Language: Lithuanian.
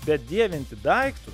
bet dievinti daiktus